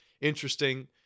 interesting